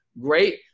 great